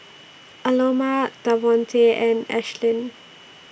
Aloma Davonte and Ashlynn